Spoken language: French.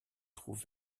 trouve